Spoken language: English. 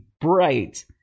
bright